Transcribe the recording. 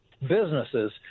businesses